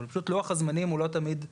אבל פשוט לוח הזמנים הוא לא תמיד תואם.